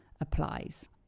applies